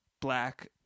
black